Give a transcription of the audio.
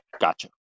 gotcha